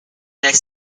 next